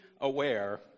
aware